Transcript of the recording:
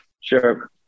Sure